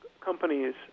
companies